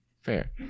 Fair